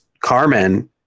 Carmen